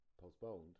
postponed